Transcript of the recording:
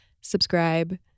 subscribe